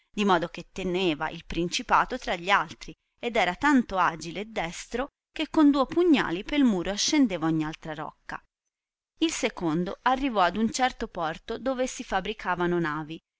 di modo che teneva il principato tra gli altri ed era tanto agile e destro che con duo pugnali pel muro ascendeva ogni alta rocca ir secondo arrivò ad un certo porto dove si fabricavano navi